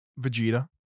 Vegeta